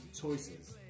choices